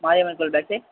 Mayavan Kovil back side